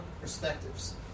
perspectives